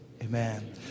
Amen